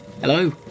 Hello